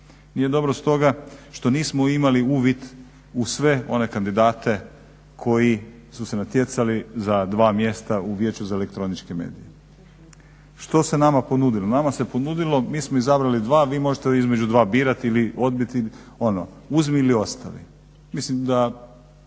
Nije dobro stoga što nismo imali uvid u sve one kandidate koji su se natjecali za dva mjesta u Vijeću za elektroničke medije. Što se nama ponudilo? Nama se ponudilo, mi smo izabrali dva, vi možete između dva birati ili odbiti. Ono uzmi ili ostavi. Mislim da